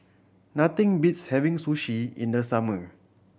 nothing beats having Sushi in the summer